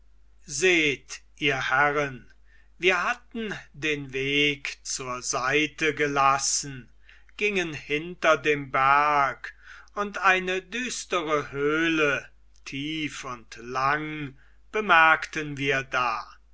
seht ihr herren wir hatten den weg zur seite gelassen gingen hinter dem berg und eine düstere höhle tief und lang bemerkten wir da